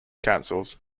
councils